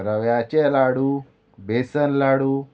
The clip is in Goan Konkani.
रव्याचे लाडू बेसन लाडू